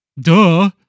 Duh